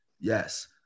yes